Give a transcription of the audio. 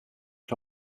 que